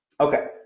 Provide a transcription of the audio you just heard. okay